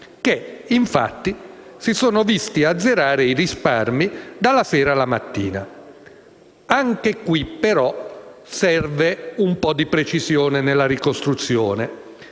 quali, infatti, si sono visti azzerare i risparmi dalla sera alla mattina. Anche qui, però, serve un po' di precisione nella ricostruzione.